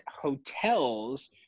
hotels